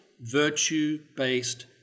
virtue-based